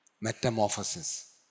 Metamorphosis